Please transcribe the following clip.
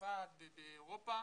בצרפת ובאירופה,